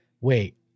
wait